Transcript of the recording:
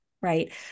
Right